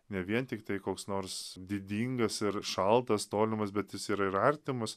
ne vien tiktai koks nors didingas ir šaltas tolimas bet jis yra ir artimas